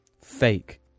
fake